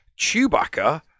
Chewbacca